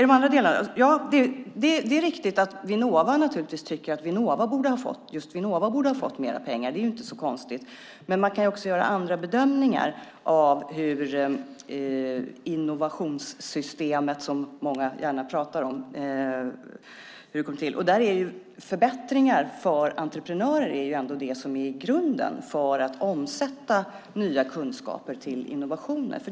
Det är riktigt att Vinnova naturligtvis tycker att just Vinnova borde ha fått mer pengar. Det är inte så konstigt. Men man kan också göra andra bedömningar av hur innovationssystemet, som många gärna pratar om, kom till. Där är det förbättringar för entreprenörer som ändå är grunden för att omsätta nya kunskaper till innovationer.